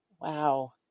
wow